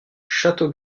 château